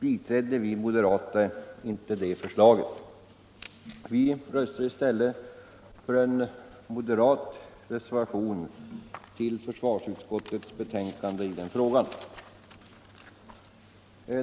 biträdde vi moderater inte det förslaget. Vi röstade i stället för en moderat reservation till försvarsutskottets betänkande i frågan.